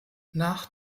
nach